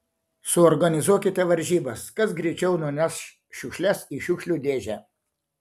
suorganizuokite varžybas kas greičiau nuneš šiukšles į šiukšlių dėžę